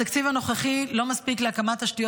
התקציב הנוכחי לא מספיק להקמת תשתיות